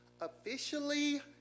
officially